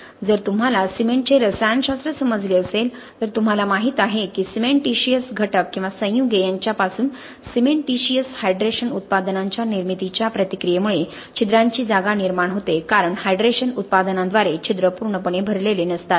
जर तुम्हाला सिमेंटचे रसायनशास्त्र समजले असेल तर तुम्हाला माहित आहे की सिमेंटिशिअस घटक किंवा संयुगे यांच्यापासून सिमेंटीशिअस हायड्रेशन उत्पादनांच्या निर्मितीच्या प्रतिक्रियेमुळे छिद्रांची जागा निर्माण होते कारण हायड्रेशन उत्पादनांद्वारे छिद्र पूर्णपणे भरलेले नसतात